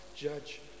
judge